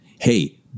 hey